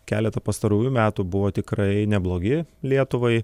keleta pastarųjų metų buvo tikrai neblogi lietuvai